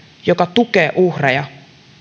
joka tukee uhreja